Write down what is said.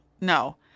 no